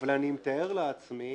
אבל אני מתאר לעצמי